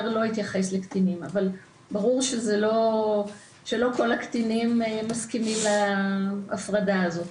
ברור שלא כל הקטינים מסכימים להפרדה הזאת,